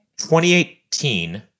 2018